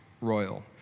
royal